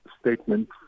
statement